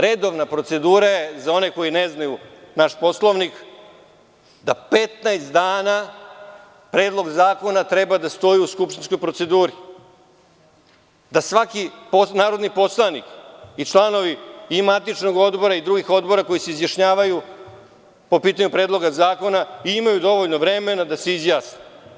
Redovna procedura je, za one koji ne znaju naš Poslovnik, da 15 dana predlog zakona treba da stoji u skupštinskoj proceduri, da svaki narodni poslanik i članovi i matičnog odbora i drugih odbora koji se izjašnjavaju po pitanju predloga zakona imaju dovoljno vremena da se izjasne.